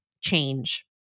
Change